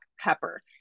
pepper